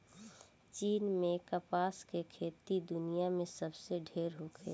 चीन में कपास के खेती दुनिया में सबसे ढेर होला